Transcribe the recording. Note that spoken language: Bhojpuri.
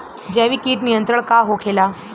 जैविक कीट नियंत्रण का होखेला?